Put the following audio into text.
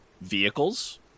vehicles